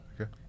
Okay